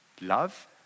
love